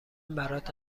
برات